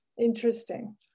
interesting